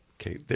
okay